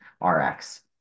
RX